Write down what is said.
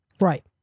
Right